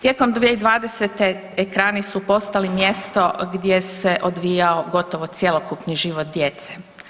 Tijekom 2020. ekrani su postali mjesto gdje se odvijao gotovo cjelokupni život djece.